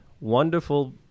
wonderful